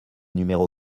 numéro